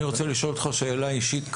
אני רוצה לשאול אותך שאלה אישית קשה.